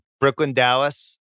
Brooklyn-Dallas